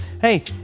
Hey